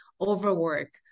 overwork